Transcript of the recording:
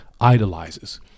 idolizes